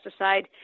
pesticide